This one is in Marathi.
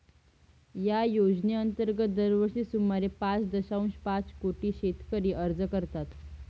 या योजनेअंतर्गत दरवर्षी सुमारे पाच दशांश पाच कोटी शेतकरी अर्ज करतात